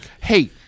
Hey